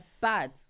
bad